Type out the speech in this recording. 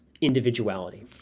individuality